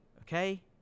Okay